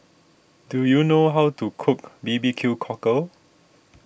do you know how to cook B B Q Cockle